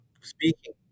speaking